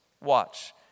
Watch